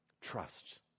trust